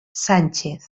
sánchez